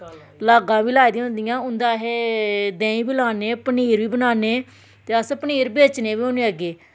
लाग्गां बी लाई दियां होंदियां उंदा देहीं बी लान्ने पनीर बी बनाने ते अस पनीर बेचने बी होन्ने अग्गें